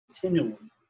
continuum